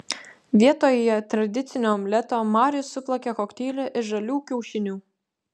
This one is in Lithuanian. vietoje tradicinio omleto marius suplakė kokteilį iš žalių kiaušinių